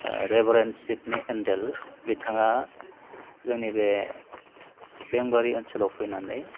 Reverend Sidney Endle बिथाङा जोंनि बे बेंबारि ओनसोलाव फैनानै